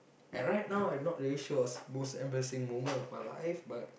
at right now I'm not really sure what's most embarrassing moment of my life but